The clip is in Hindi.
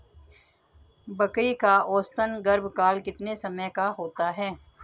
बकरी का औसतन गर्भकाल कितने समय का होता है?